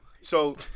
So-